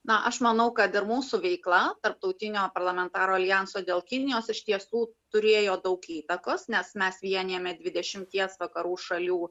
na aš manau kad ir mūsų veikla tarptautinio parlamentarų aljanso dėl kinijos iš tiesų turėjo daug įtakos nes mes vienijame dvidešimties vakarų šalių